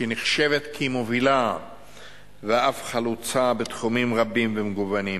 שנחשבת כמובילה ואף חלוצה בתחומים רבים ומגוונים.